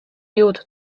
jūtu